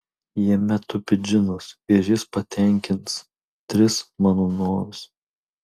jame tupi džinas ir jis patenkins tris mano norus